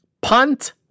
punt